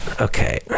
okay